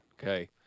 okay